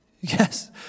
Yes